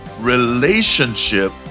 relationship